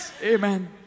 Amen